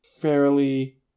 fairly